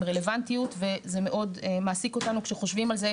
רלוונטיות וזה מאוד מעסיק אותנו כשחושבים על זה,